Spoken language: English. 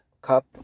cup